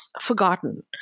forgotten